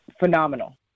phenomenal